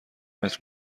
متر